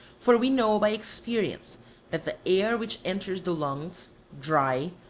for we know by experience that the air which enters the lungs dry,